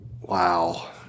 Wow